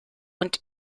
und